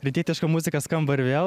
rytietiška muzika skamba ir vėl